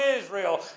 Israel